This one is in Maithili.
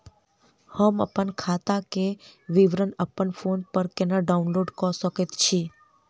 हम अप्पन खाताक विवरण अप्पन फोन पर डाउनलोड कऽ सकैत छी?